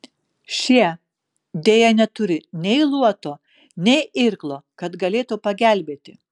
šie deja neturi nei luoto nei irklo kad galėtų pagelbėti